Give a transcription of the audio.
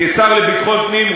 כשר לביטחון הפנים,